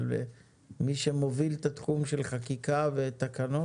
אבל מי שמוביל את התחום של חקיקה ותקנות,